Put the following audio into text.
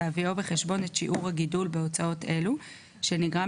בהביאו בחשבון את שיעור הגידול בהוצאות אלו שנגרם